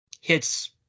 hits